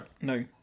No